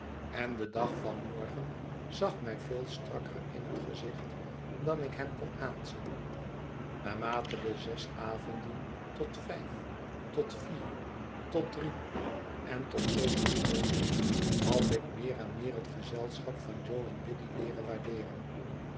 en de dag van morgen zag mij veel strakker in het gezicht dan ik hem kon aanzien naarmate de zes avonden tot vijf tot vier tot drie en tot twee versmolten had ik meer en meer het gezelschap van jo en biddy leeren waardeeren